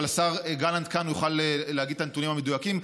אבל השר גלנט כאן ויוכל להגיד את הנתונים המדויקים,